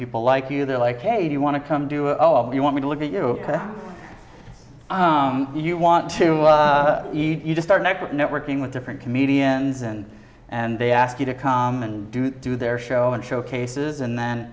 people like you they're like hey you want to come do oh you want me to look at you you want to eat you to start networking with different comedians and and they ask you to come and do their show and showcases and then